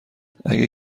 اگه